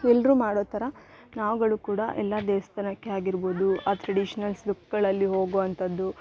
ಎಲ್ಲರು ಮಾಡೋ ಥರ ನಾವುಗಳು ಕೂಡ ಎಲ್ಲ ದೇವಸ್ಥಾನಕ್ಕೆ ಆಗಿರ್ಬೋದು ಆ ಟ್ರೆಡಿಷನಲ್ಸ್ ಲುಕ್ಗಳಲ್ಲಿ ಹೋಗುವಂಥದ್ದು